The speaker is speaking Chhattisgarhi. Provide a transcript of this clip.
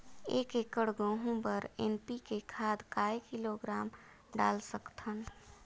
एक एकड़ गहूं बर एन.पी.के खाद काय किलोग्राम डाल सकथन?